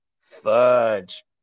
Fudge